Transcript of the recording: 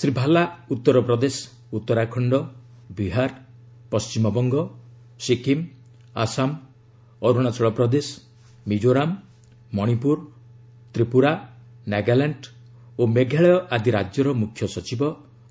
ଶ୍ରୀ ଭାଲା ଉତ୍ତର ପ୍ରଦେଶ ଉତ୍ତରାଖଣ୍ଡ ବିହାର ପଣ୍ଢିମବଙ୍ଗ ସିକିମ୍ ଆସାମ ଅରୁଣାଚଳ ପ୍ରଦେଶ ମିଜୋରାମ ମଣିପୁର ତ୍ରିପୁରା ନାଗାଲାଣ୍ଡ ଓ ମେଘାଳୟ ଆଦି ରାଜ୍ୟର ମୁଖ୍ୟ ସଚିବ